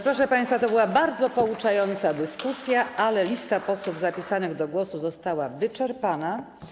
Proszę państwa, to była bardzo pouczająca dyskusja, ale lista posłów zapisanych do głosu została wyczerpana.